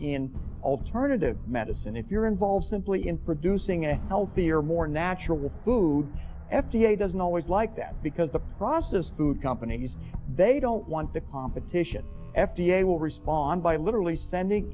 in alternative medicine if you're involved simply in producing a healthier more natural food f d a doesn't always like that because the processed food companies they don't want the competition f d a will respond by literally sending